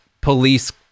police